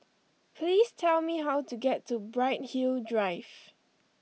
please tell me how to get to Bright Hill Drive